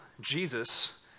Jesus